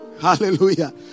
Hallelujah